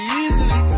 easily